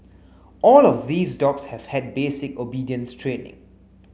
all of these dogs have had basic obedience training